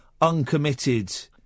uncommitted